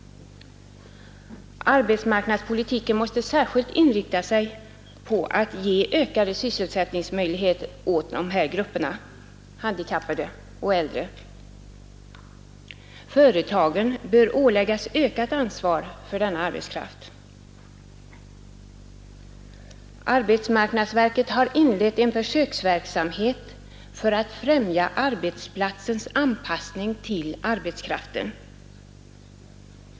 Arbetsmarknadspolitiken måste särskilt inriktas på att bereda de här grupperna, de handikappade och de äldre, ökade sysselsättningsmöjligheter. Företagen bör åläggas ökat ansvar för denna arbetskraft. Arbetsmarknadsverket har inlett en försöksverksamhet för att främja arbetsplatsens anpassning till arbetskraften.